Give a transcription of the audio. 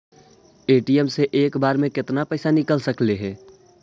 ATM से एक बार मे केतना पैसा निकल सकले हे?